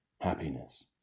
happiness